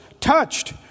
touched